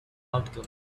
outcome